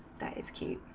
its key